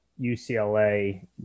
UCLA